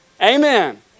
Amen